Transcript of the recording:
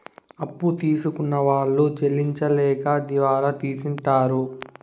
అప్పు తీసుకున్న వాళ్ళు చెల్లించలేక దివాళా తీసింటారు